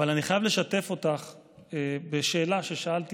אבל אני חייב לשתף אותך בשאלה ששאלתי